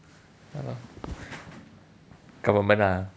ya lah government ah